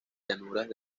llanuras